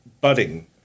budding